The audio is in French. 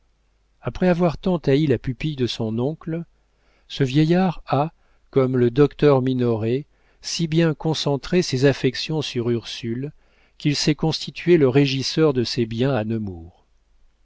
après avoir tant haï la pupille de son oncle ce vieillard a comme le docteur minoret si bien concentré ses affections sur ursule qu'il s'est constitué le régisseur de ses biens à